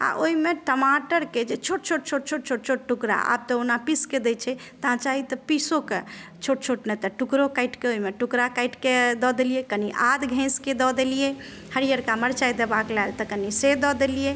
आओर ओइमे टमाटरके जे छोट छोट छोट छोट छोट छोट टुकड़ा आब तऽ ओना ओकरा पीसके दै छै तऽ अहाँ चाही तऽ पीसोके छोट छोट नहि तऽ टुकड़ो काटिके ओइमे टुकड़ा काटिके दऽ देलियै कनि आद घसिकए दऽ देलियै हरियरका मरचाइ देबाक लए तऽ कनिसँ दऽ देलियै